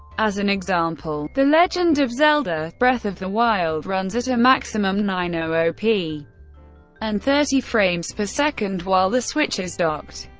as an example, the legend of zelda breath of the wild runs at a maximum nine hundred p and thirty frames per second while the switch is docked.